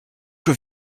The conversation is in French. que